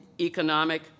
economic